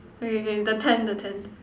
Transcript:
okay K the tent the tent